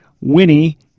Winnie